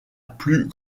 plus